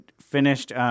finished –